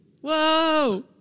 Whoa